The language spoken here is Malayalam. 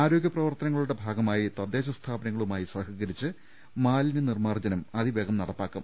ആരോഗൃപ്രവർത്തനങ്ങളുടെ ഭാഗമായി തദ്ദേശ സ്ഥാപനങ്ങളു മായി സഹകരിച്ച് മാലിനൃ നിർമ്മാർജ്ജനം അതിവേഗം നടപ്പാക്കും